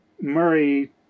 Murray